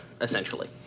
essentially